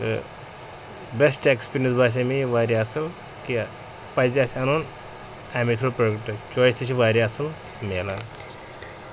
تہٕ best experience باسے مےٚ یہِ واریاہ اَصٕل کہِ پَزِ آسہِ اَنُن اَمے تھرٛوٗ پرٛوٚڈَکٹ چایِس تہِ چھِ واریاہ اَصٕل مِلان